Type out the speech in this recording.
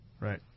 Right